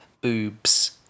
boobs